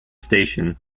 station